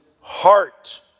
heart